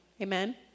amen